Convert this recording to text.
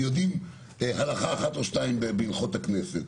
ויודעים הלכה אחת או שתיים בהלכות הכנסת.